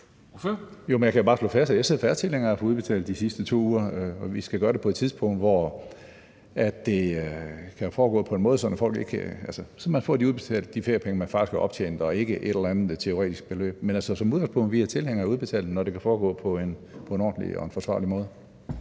at SF er tilhænger af at få udbetalt de sidste 2 uger, og at vi skal gøre det på et tidspunkt, hvor det kan foregå på en måde, så man får udbetalt de feriepenge, man faktisk har optjent, og ikke et eller andet teoretisk beløb. Men som udgangspunkt er vi tilhængere af at udbetale dem, når det kan foregå på en ordentlig og forsvarlig måde.